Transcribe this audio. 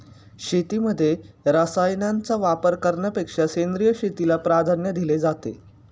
शेतीमध्ये रसायनांचा वापर करण्यापेक्षा सेंद्रिय शेतीला प्राधान्य दिले जाते